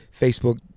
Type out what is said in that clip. Facebook